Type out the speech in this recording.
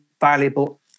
valuable